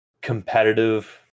competitive